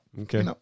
Okay